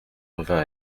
revint